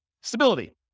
Stability